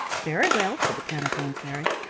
very well, said the counterpane fairy.